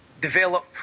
develop